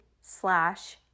slash